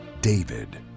David